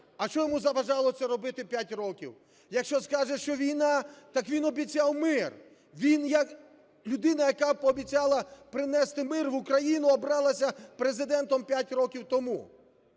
а що йому заважало це робити 5 років? Якщо скаже, що війна, так він обіцяв мир. Він як людина, яка пообіцяла принести мир в Україну, обралася Президентом 5 років тому.